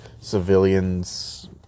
civilians